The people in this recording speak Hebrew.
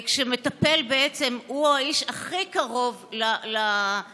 כשמטפל בעצם הוא האיש הכי קרוב למטופל,